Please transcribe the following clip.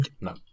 No